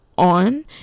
on